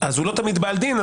הוא לא תמיד בעל דין,